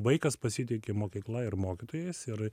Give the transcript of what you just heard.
vaikas pasitiki mokykla ir mokytojais ir